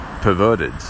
perverted